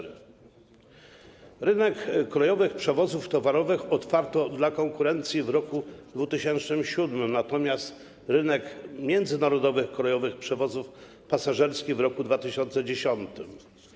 Rynek kolejowych przewozów otwarto dla konkurencji w roku 2007, natomiast rynek międzynarodowych kolejowych przewozów pasażerskich - w roku 2010.